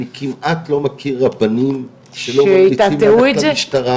אני כמעט לא מכיר רבנים שלא ממליצים ללכת למשטרה